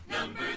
Number